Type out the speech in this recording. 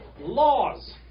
Laws